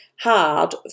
hard